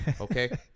okay